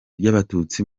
ry’abatutsi